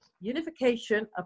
unification